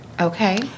okay